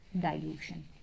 dilution